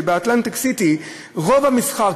שבאטלנטיק-סיטי רוב המסחר,